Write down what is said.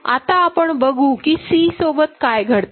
आता आपण बघू कि C सोबत काय घडते